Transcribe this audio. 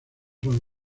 son